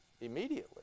immediately